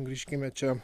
grįžkime čia